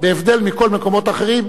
בהבדל מכל המקומות האחרים,